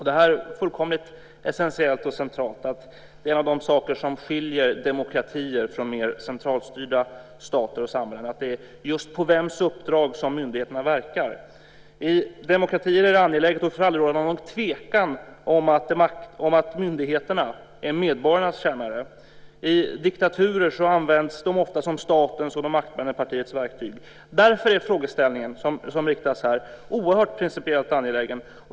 Det är fullkomligt essentiellt och centralt att det som skiljer demokratier från mer centralstyrda stater och samhällen är på vems uppdrag som myndigheterna verkar. I demokratier är det angeläget att det aldrig får råda något tvivel om att myndigheterna är medborgarnas tjänare. I diktaturer används de ofta som statens och det maktbärande partiets verktyg. Därför är frågan som riktas här oerhört principiellt angelägen.